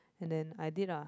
and then I did ah